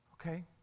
okay